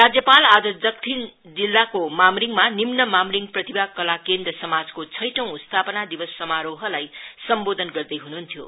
राज्यपाल आज दक्षिण जिल्लाको मामरिङमा निम्न मामरिङ प्रतिभा कला केन्द्र समाजको छौटौं स्थापना दिवस समारोहलाई सम्बोधन गर्दै हुनुहुन्थ्यो